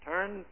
Turn